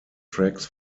tracks